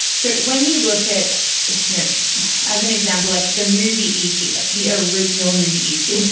so when you look at it as an example like the movie e t. like the original movie e t.